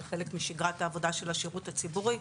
זה חלק משגרת העבודה של השירות הציבורי,